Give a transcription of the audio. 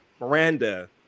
Miranda